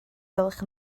gwelwch